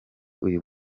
uyu